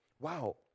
Wow